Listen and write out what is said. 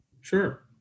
sure